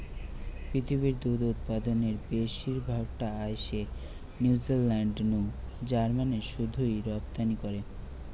পৃথিবীর দুধ উতপাদনের বেশির ভাগ টা আইসে নিউজিলান্ড নু জার্মানে শুধুই রপ্তানি করে